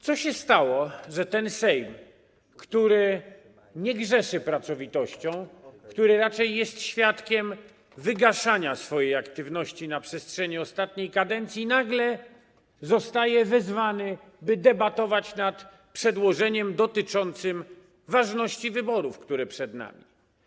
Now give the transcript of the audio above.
Co się stało, że ten Sejm, który nie grzeszy pracowitością, który raczej jest świadkiem wygaszania swojej aktywności na przestrzeni ostatniej kadencji, nagle zostaje wezwany, by debatować nad przedłożeniem dotyczącym ważności wyborów, które przed nami?